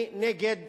אני נגד